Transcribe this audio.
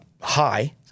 high